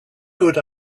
good